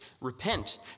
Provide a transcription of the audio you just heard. Repent